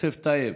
יוסף טייב,